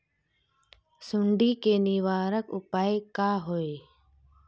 सुंडी के निवारक उपाय का होए?